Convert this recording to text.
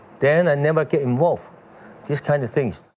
then i never get involved these kind of things.